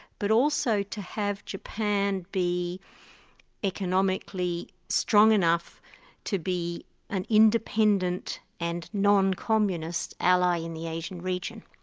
but also to have japan be economically strong enough to be an independent and non-communist ally in the asian region.